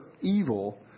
Evil